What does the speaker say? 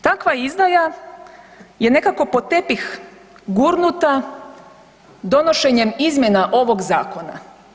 Takva izdaja je nekako pod tepih gurnuta donošenjem izmjena ovoga Zakona.